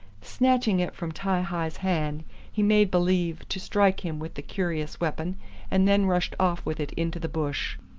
snatching it from ti-hi's hand he made believe to strike him with the curious weapon and then rushed off with it into the bush.